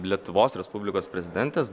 lietuvos respublikos prezidentės